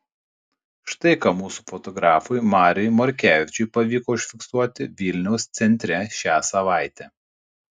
štai ką mūsų fotografui mariui morkevičiui pavyko užfiksuoti vilniaus centre šią savaitę